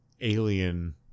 alien